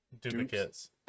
duplicates